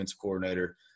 coordinator